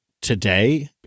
today